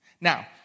Now